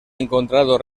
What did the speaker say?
encontrado